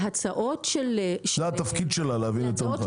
להצעות של --- זה התפקיד שלה, להבין יותר ממך.